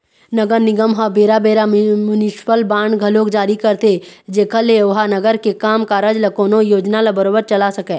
नगर निगम ह बेरा बेरा म्युनिसिपल बांड घलोक जारी करथे जेखर ले ओहा नगर के काम कारज ल कोनो योजना ल बरोबर चला सकय